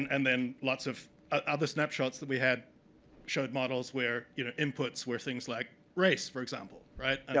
and and then lots of other snapshots that we have showed models where, you know. inputs were things like race, for example. right?